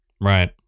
Right